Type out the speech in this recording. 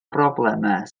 broblemau